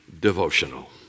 devotional